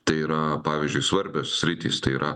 tai yra pavyzdžiui svarbios sritys tai yra